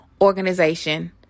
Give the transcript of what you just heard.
organization